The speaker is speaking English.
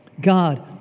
God